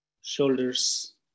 shoulders